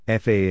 FAA